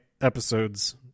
episodes